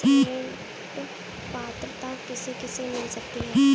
ऋण पात्रता किसे किसे मिल सकती है?